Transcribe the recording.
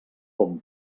com